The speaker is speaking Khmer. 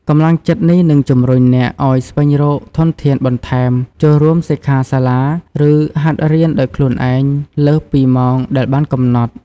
កម្លាំងចិត្តនេះនឹងជំរុញអ្នកឱ្យស្វែងរកធនធានបន្ថែម ចូលរួមសិក្ខាសាលា ឬហាត់រៀនដោយខ្លួនឯងលើសពីម៉ោងដែលបានកំណត់។